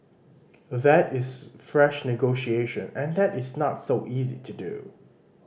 that is fresh negotiation and that is not so easy to do